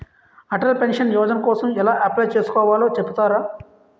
Atal pension Yojana కోసం ఎలా apply చేసుకోవాలో చెపుతారా?